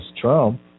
Trump